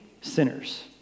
sinners